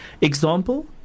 Example